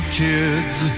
kids